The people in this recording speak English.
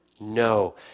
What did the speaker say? No